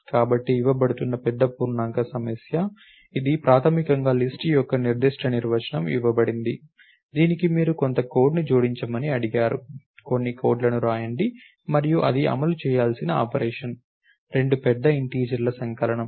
కాబట్టి ఇవ్వబడుతున్న పెద్ద పూర్ణాంక సమస్య ఇది ప్రాథమికంగా లిస్ట్ యొక్క నిర్దిష్ట నిర్వచనం ఇవ్వబడింది దీనికి మీరు కొంత కోడ్ని జోడించమని అడిగారు కొన్ని కోడ్లను వ్రాయండి మరియు అది అమలు చేయాల్సిన ఆపరేషన్ రెండు పెద్ద ఇంటిజర్ ల సంకలనం